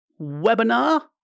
webinar